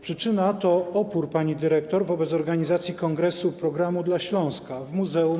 Przyczyna to opór pani dyrektor wobec organizacji Kongresu Programu dla Śląska w muzeum.